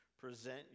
present